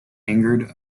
angered